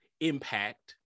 impact